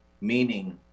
meaning